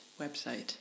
website